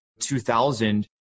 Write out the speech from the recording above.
2000